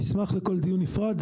אשמח לכל דיון נפרד.